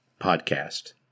podcast